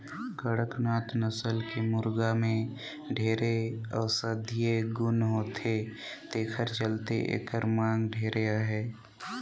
कड़कनाथ नसल के मुरगा में ढेरे औसधीय गुन होथे तेखर चलते एखर मांग ढेरे अहे